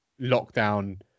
lockdown